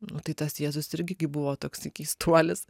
nu tai tas jėzus irgi gi buvo toksai keistuolis